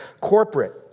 corporate